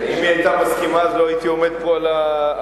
אם היא היתה מסכימה לא הייתי עומד פה על הדוכן.